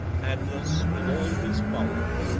atlas, with all his bulk,